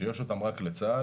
שיש אותם רק לצה"ל.